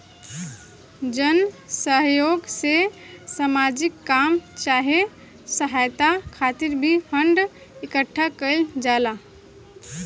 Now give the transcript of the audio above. जन सह योग से सामाजिक काम चाहे सहायता खातिर भी फंड इकट्ठा कईल जाला